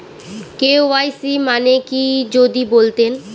KYC মানে কি যদি বলতেন?